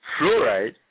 fluoride